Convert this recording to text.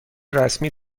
رسمی